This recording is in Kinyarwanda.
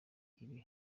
bibiri